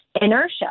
inertia